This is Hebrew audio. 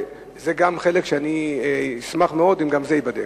וזה חלק שאני אשמח מאוד אם גם הוא ייבדק.